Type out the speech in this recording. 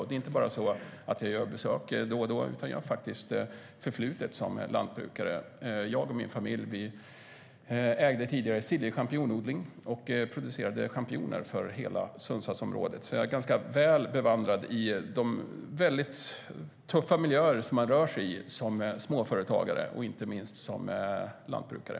Och det är inte bara så att jag gör besök då och då. Jag har faktiskt ett förflutet som lantbrukare. Jag och min familj ägde tidigare Silje champinjonodling. Vi producerade champinjoner för hela Sundsvallsområdet. Jag är ganska väl bevandrad i de väldigt tuffa miljöer som man rör sig i som småföretagare, inte minst som lantbrukare.